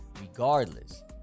regardless